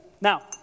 Now